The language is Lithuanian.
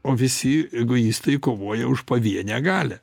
o visi egoistai kovoja už pavienę galią